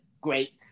great